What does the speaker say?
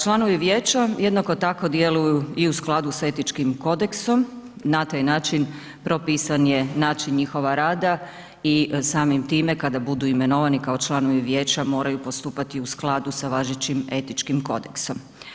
Članovi vijeća jednako tako djeluju i u skladu s Etičkim kodeksom, na taj način propisan je način njihova rada i samim time, kada budu imenovani kao članovi vijeća, moraju postupati u skladu s važećim Etičkim kodeksom.